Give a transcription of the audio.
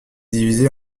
divisée